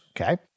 okay